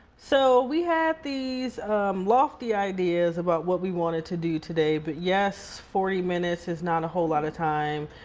so, we had these lofty ideas about what we wanted to do today. but, yes, forty minutes is not a whole lot of time.